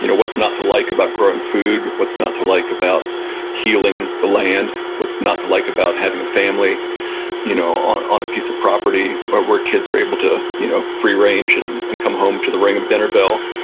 you know what's not to like about growing food? what's not to like about healing the land? what's not to like about having a family you know on on a piece of property but where kids are able to you know free range and and come home to the ring of a dinner bell?